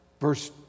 verse